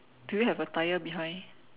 do you have a tyre behind